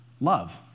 love